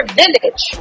village